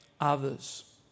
others